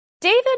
David